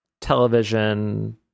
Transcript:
television